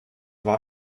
war